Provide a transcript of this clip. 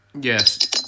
Yes